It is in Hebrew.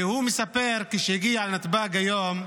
והוא מספר שכשהגיע לנתב"ג היום,